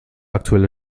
aktuelle